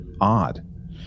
odd